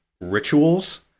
rituals